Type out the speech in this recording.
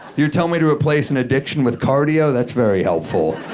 you tell me to replace an addiction with cardio, that's very helpful.